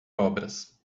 obras